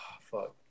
fuck